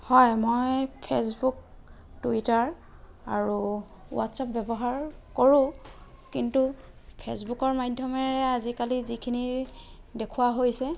হয় মই Facebook Twitter আৰু হোৱাটচএপ ব্যৱহাৰ কৰোঁ কিন্তু ফেচবুকৰ মাধ্যমেৰে আজিকালি যিখিনি দেখুওঁৱা হৈছে